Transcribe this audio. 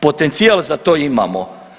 Potencijal za to imamo.